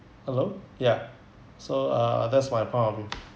hello ya so uh that's my point of view